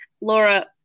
Laura